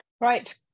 Right